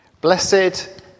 blessed